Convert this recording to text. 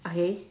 ah K